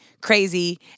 crazy